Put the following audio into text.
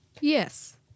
Yes